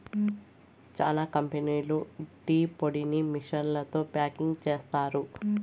చానా కంపెనీలు టీ పొడిని మిషన్లతో ప్యాకింగ్ చేస్తారు